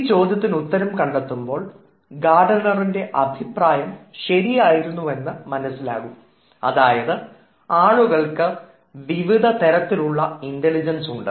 ഈ ചോദ്യത്തിന് ഉത്തരം കണ്ടെത്തുമ്പോൾ ഗാർഡനറിൻറെ അഭിപ്രായം ശരിയായിരുന്നു എന്ന് മനസ്സിലാകും അതായത് ആളുകൾക്ക് വിവിധതരത്തിലുള്ള ഇൻറലിജൻസ് ഉണ്ട്